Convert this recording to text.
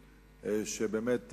שכמובן,